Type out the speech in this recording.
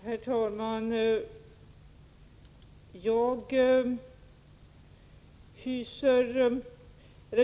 Herr talman!